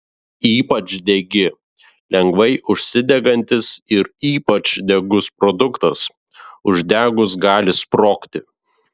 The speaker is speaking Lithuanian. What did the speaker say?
ypač degi lengvai užsidegantis ir ypač degus produktas uždegus gali sprogti